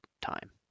time